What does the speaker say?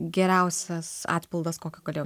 geriausias atpildas kokio galėjau